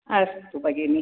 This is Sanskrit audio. अस्तु भगिनि